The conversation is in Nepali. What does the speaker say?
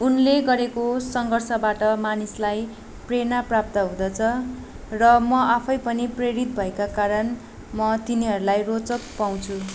उनले गरेको सङ्घर्षबाट मानिसलाई प्रेरणा प्राप्त हुँदछ र म आफै पनि प्रेरित भएका कारण म तिनीहरूलाई रोचक पाउँछु